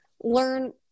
learn